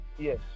Yes